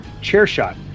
CHAIRSHOT